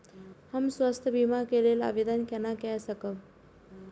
हम स्वास्थ्य बीमा के लेल आवेदन केना कै सकब?